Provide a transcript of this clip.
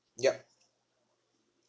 yup